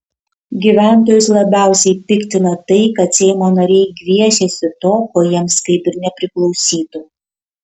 gyventojus labiausiai piktina tai kad seimo nariai gviešiasi to ko jiems kaip ir nepriklausytų